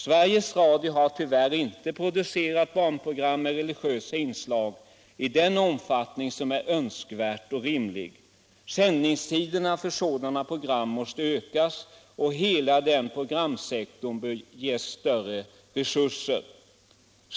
Sveriges Radio har tyvärr inte producerat barnprogram med religiösa inslag i den omfattning som är önskvärd och rimlig. Sändningstiderna för sådana program måste ökas, och hela den programsektorn bör ges större resurser.